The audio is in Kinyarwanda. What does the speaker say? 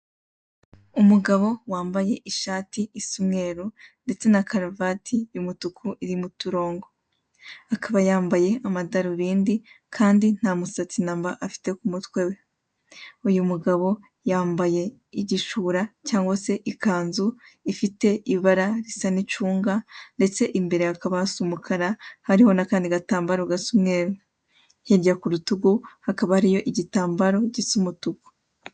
Umugabo wambaye ishati isa umweru ndetse na karuvati y'umutuku irimo uturongo. Akaba yambaye amadarubindi Kandi nta musatsi namba afite k'umutwe we ,uyu mugabo yambaye igishura cyangwa se ikanzu ifite ibara risa nk'icunga ndetse imbere hakaba hasa umukara hariho n'akandi gatambaro gasa umweru. Hirya k'urutugu hakaba hariyo igitambaro gisa umutuku.